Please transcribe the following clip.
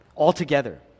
Altogether